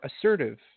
assertive